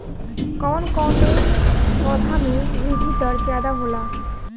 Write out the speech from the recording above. कवन कवने पौधा में वृद्धि दर ज्यादा होला?